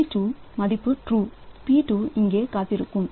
எனவே P2 மதிப்பு true P 2 இங்கே காத்திருக்கும்